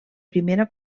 primera